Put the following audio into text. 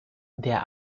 der